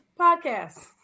podcasts